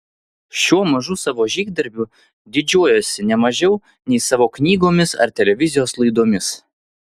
šiuo mažu savo žygdarbiu didžiuojuosi ne mažiau nei savo knygomis ar televizijos laidomis